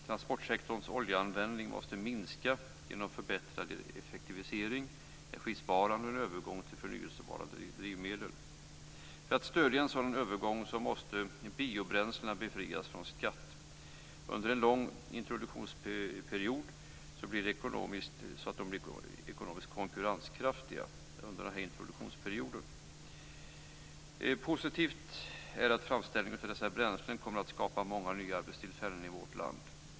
Transportsektorns oljeanvändning måste minska genom förbättrad effektivisering, energisparande och en övergång till förnyelsebara drivmedel. För att stödja en sådan övergång måste biobränslena befrias från skatt under en lång introduktionsperiod så att de blir ekonomiskt konkurrenskraftiga. Positivt är att framställningen av dessa bränslen kommer att skapa många nya arbetstillfällen i vårt land.